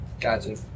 Gotcha